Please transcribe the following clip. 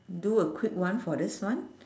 do a quick one for this one